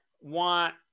want